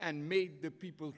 and meet the people